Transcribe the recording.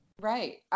Right